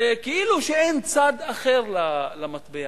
וכאילו שאין צד אחר למטבע.